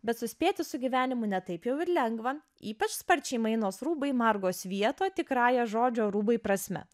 bet suspėti su gyvenimu ne taip jau ir lengva ypač sparčiai mainos rūbai margo svieto tikrąja žodžio rūbai prasme